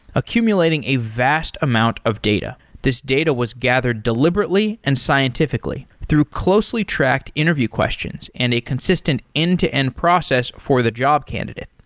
accumulating a vast amount of data. this data was gathered deliberately and scientifically through closely tracked interview questions and a consistent end-to-end process for the job candidate.